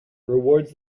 rewards